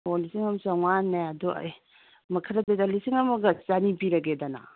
ꯍꯣ ꯂꯤꯁꯤꯡ ꯑꯃ ꯆꯧꯉ꯭ꯋꯥꯅꯦ ꯑꯗꯣ ꯑꯦ ꯂꯤꯁꯤꯡ ꯑꯃꯒ ꯆꯅꯤ ꯄꯤꯔꯒꯦꯗꯅ